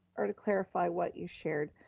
or to clarify what you shared.